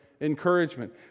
encouragement